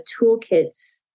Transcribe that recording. toolkits